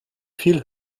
viel